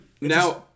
now